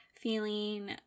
feeling